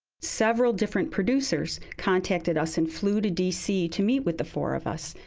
several different producers contacted us and flew to dc to meet with the four of us.